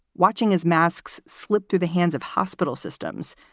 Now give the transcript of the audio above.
watching his masks slip through the hands of hospital systems,